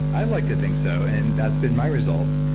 i'd like to think so, and that's been my results,